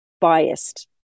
biased